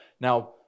now